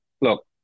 Look